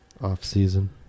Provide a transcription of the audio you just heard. Off-season